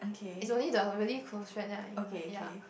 is only the really close friend then I invite ya